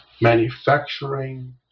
manufacturing